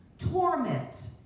torment